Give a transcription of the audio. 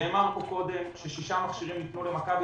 נאמר פה קודם ש-6 מכשירים ניתנו למכבי.